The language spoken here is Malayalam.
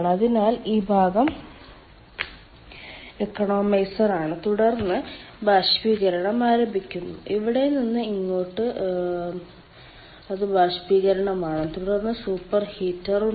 അതിനാൽ ഈ ഭാഗം എക്കണോമൈസർ ആണ് തുടർന്ന് ബാഷ്പീകരണം ആരംഭിക്കുന്നു ഇവിടെ നിന്ന് ഇങ്ങോട്ട് അത് ബാഷ്പീകരണമാണ് തുടർന്ന് സൂപ്പർഹീറ്റർ ഉണ്ട്